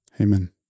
amen